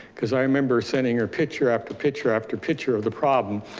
cause i remember sending her picture after picture, after picture of the problem,